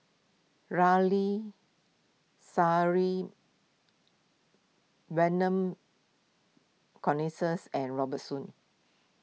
Ramli Sarip Vernon and Robert Soon